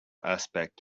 aspect